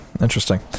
Interesting